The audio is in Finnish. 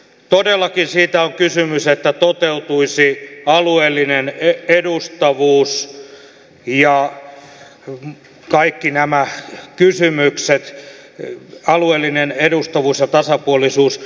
todellakin siitä on kysymys että toteutuisi alueellinen edustavuus ja kaikki nämä kysymykset alueellinen edustavuus ja tasapuolisuus